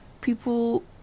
people